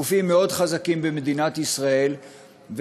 הם גופים מאוד חזקים במדינת ישראל,